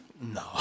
No